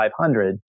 500